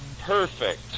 perfect